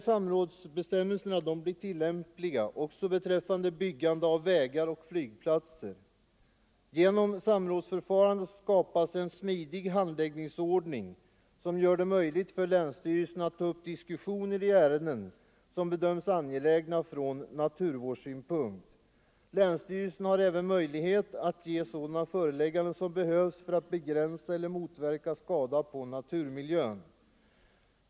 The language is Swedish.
Samrådsbestämmelserna blir tillämpliga också beträffande byggande av vägar och flygplatser. Genom samrådsförfarandet skapas en smidig handläggningsordning som gör det möjligt för länsstyrelsen att ta upp diskussioner i ärenden som bedöms angelägna från naturvårdssynpunkt. Länsstyrelsen har även möjlighet att ge sådana förelägganden som behövs för att begränsa eller motverka skada på naturmiljön.